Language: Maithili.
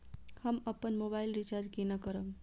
हम अपन मोबाइल रिचार्ज केना करब?